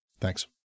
Thanks